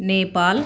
Nepal